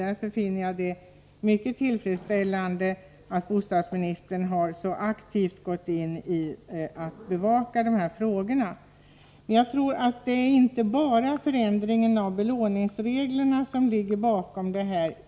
Därför finner jag det mycket tillfredsställande att bostadsministern så aktivt har gått in för att bevaka de här frågorna. Nu tror jag inte att det är bara förändringen av belåningsreglerna som ligger bakom att handläggningstiderna har blivit långa.